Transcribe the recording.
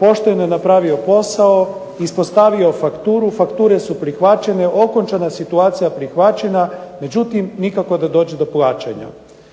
pošteno je napravio posao, ispostavio fakturu, fakture su prihvaćene, okončana situacija prihvaćena, međutim nikako da dođe do plaćanja.